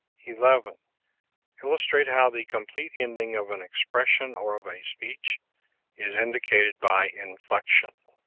eleven. illustrate how the complete ending of an expression or of a speech is indicated by inflection.